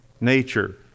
nature